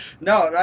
No